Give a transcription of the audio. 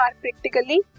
practically